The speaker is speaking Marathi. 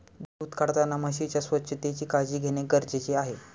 दूध काढताना म्हशीच्या स्वच्छतेची काळजी घेणे गरजेचे आहे